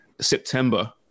September